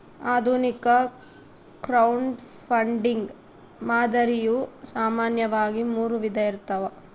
ಆಧುನಿಕ ಕ್ರೌಡ್ಫಂಡಿಂಗ್ ಮಾದರಿಯು ಸಾಮಾನ್ಯವಾಗಿ ಮೂರು ವಿಧ ಇರ್ತವ